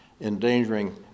endangering